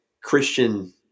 Christian